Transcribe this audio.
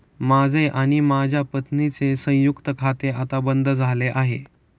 माझे आणि माझ्या पत्नीचे संयुक्त खाते आता बंद झाले आहे